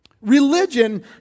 Religion